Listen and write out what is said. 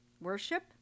Worship